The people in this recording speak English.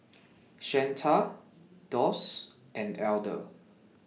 Shanta Doss and Elder